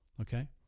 okay